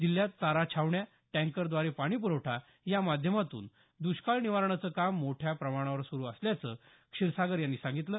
जिल्ह्यात चारा छावण्या टँकरद्वारे पाणीप्रवठा या माध्यमातून द्ष्काळ निवारणाचं कामकाज मोठ्या प्रमाणावर सुरू असल्याचं क्षीरसागर यांनी सांगितलं